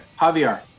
javier